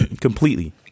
completely